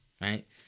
right